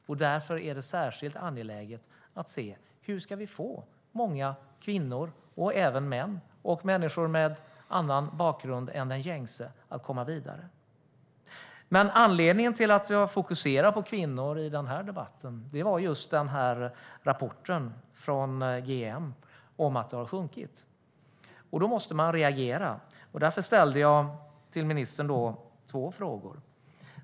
Och det är särskilt angeläget att titta på hur vi ska få många kvinnor och även män och personer med annan bakgrund än den gängse att komma vidare. Anledningen till att jag fokuserar på kvinnor i den här debatten var just rapporten från GEM där det framgick att andelen har sjunkit. Då måste man reagera. Därför ställde jag två frågor till ministern.